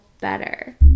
better